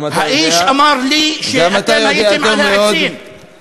גם אתה יודע, האיש אמר לי ש"אתם הייתם על העצים".